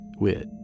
Wit